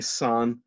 son